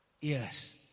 Yes